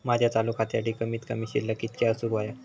माझ्या चालू खात्यासाठी कमित कमी शिल्लक कितक्या असूक होया?